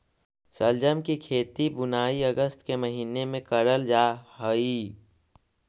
शलजम की खेती बुनाई अगस्त के महीने में करल जा हई